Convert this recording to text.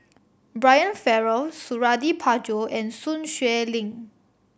Brian Farrell Suradi Parjo and Sun Xueling